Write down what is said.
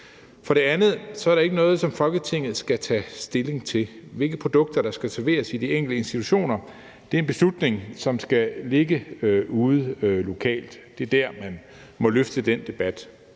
For det andet er det ikke noget, som Folketinget skal tage stilling til. Hvilke produkter der skal serveres i de enkelte institutioner, er en beslutning, som skal ligge ude lokalt. Det er der, man må løfte den debat.